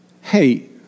hey